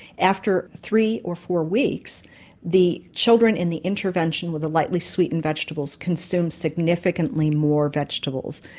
after three or four weeks the children in the intervention with the lightly sweetened vegetables consumed significantly more vegetables.